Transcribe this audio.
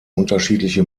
unterschiedliche